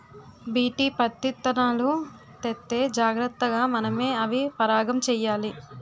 BT పత్తిత్తనాలు తెత్తే జాగ్రతగా మనమే అవి పరాగం చెయ్యాలి